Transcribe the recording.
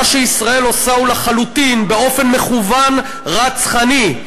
מה שישראל עושה הוא לחלוטין, באופן מכוון, רצחני,